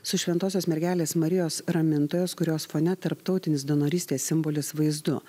su šventosios mergelės marijos ramintojos kurios fone tarptautinis donorystės simbolis vaizdu